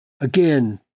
again